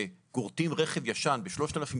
כשגורטים רכב ישן ב-3,000 שקלים,